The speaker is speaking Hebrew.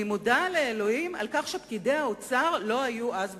אני מודה לאלוהים על כך שפקידי האוצר לא היו אז בתמונה,